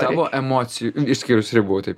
tavo emocijų išskyrus ribų taip